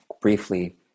briefly